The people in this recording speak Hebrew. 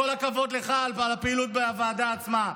כל הכבוד שלך על הפעילות בוועדה עצמה,